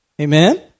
Amen